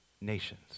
nations